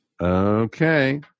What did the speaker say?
Okay